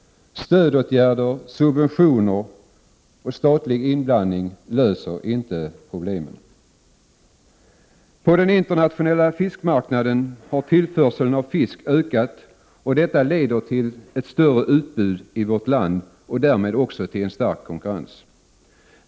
Stödåtgärder, subventioner och statlig inblandning löser inte problemen. På den internationella fiskmarknaden har tillförseln av fisk ökat, och detta leder till ett större utbud i vårt land och därmed också en stark konkurrens.